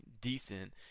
decent